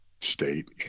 state